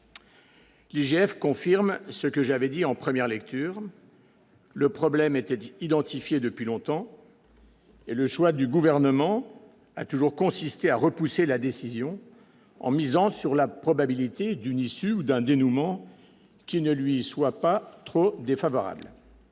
L'IGF confirme ce que j'avais dit en première lecture. Le problème était identifié depuis longtemps. Et le choix du gouvernement a toujours consisté à repousser la décision, en misant sur la probabilité d'une issue d'un dénouement qui ne lui soit pas trop défavorable.